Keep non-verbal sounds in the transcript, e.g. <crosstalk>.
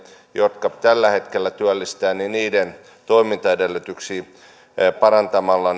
jotka tällä hetkellä työllistävät toimintaedellytyksiä parantamalla <unintelligible>